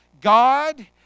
God